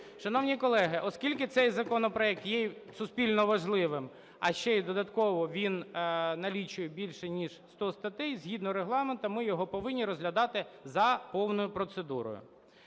Шановні колеги, оскільки цей законопроект є суспільно важливим, а ще й додатково він налічує більше ніж 100 статей, згідно Регламенту, ми його повинні розглядати за повною процедурою.